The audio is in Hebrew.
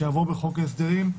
שיעבור בחוק ההסדרים,